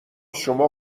شما